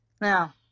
Now